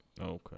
Okay